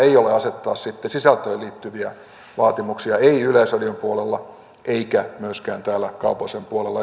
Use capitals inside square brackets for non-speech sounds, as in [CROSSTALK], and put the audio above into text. [UNINTELLIGIBLE] ei ole asettaa sisältöön liittyviä vaatimuksia ei yleisradion puolella eikä myöskään täällä kaupallisella puolella [UNINTELLIGIBLE]